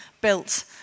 built